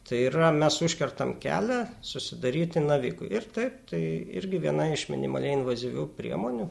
tai yra mes užkertam kelią susidaryti navikui ir taip tai irgi viena iš minimaliai invazyvių priemonių